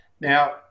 Now